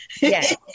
Yes